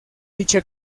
dicha